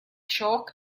chalk